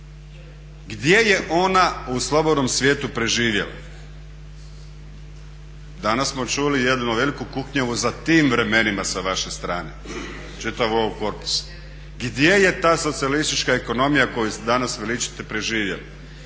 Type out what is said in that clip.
Gdje je ona u slobodnom svijetu preživjela? Danas smo čuli jednu veliku kuknjavu za tim vremenima sa vaše strane, čitavog ovog korpusa. Gdje je ta socijalistička ekonomija koju danas veličate preživjela?